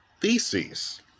thesis